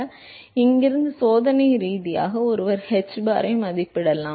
எனவே இங்கிருந்து சோதனை ரீதியாக ஒருவர் hbar ஐ மதிப்பிடலாம்